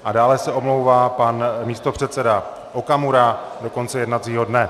A dále se omlouvá pan místopředseda Okamura do konce jednacího dne.